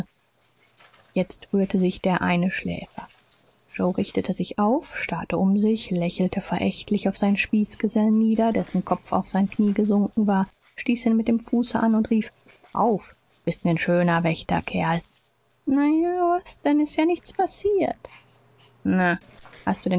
jetzt rührte sich der eine schläfer joe richtete sich auf starrte um sich lächelte verächtlich auf seinen spießgesellen nieder dessen kopf auf seine knie gesunken war stieß ihn mit dem fuße an und rief auf bist mir n schöner wächter kerl na ja was denn s ist ja nichts passiert na hast du